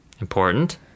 Important